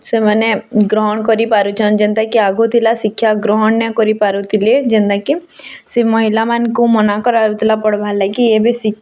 ସେମାନେ ଗ୍ରହଣ କରି ପାରୁଛନ୍ ଯେନ୍ତା କି ଆଗ୍ରୁ ଥିଲା ଶିକ୍ଷା ଗ୍ରହଣ ନାଇଁ କରିପାରୁଥିଲେ ଯେନ୍ତା କି ସେ ମହିଲାମାନଙ୍କୁ ମନା କରାଯାଉଥିଲା ପଢ଼୍ବାର୍ ଲାଗି ଏବେ ଶିକ୍ଷା